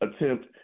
attempt